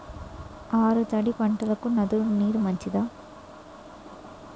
ఆరు తడి పంటలకు నదుల నీరు మంచిదా?